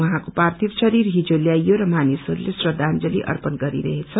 उहाँको पाथिव शरीर हिजो ल्याईयो र मानिसहरूले श्रदाजंली अर्पण गरिरहेछ